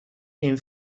این